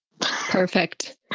Perfect